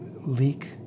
leak